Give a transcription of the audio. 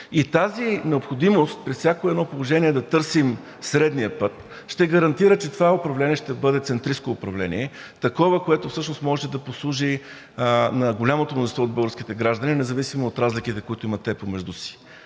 И тази необходимост при всяко едно положение да търсим средния път ще гарантира, че това управление ще бъде центристко управление, такова, което всъщност може да послужи на голямото мнозинство от българските граждани независимо от разликите, които имат те помежду си.